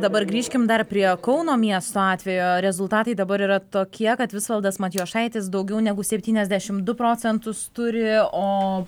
dabar grįžkim dar prie kauno miesto atvejo rezultatai dabar yra tokie kad visvaldas matijošaitis daugiau negu septyniasdešimt du procentus turi o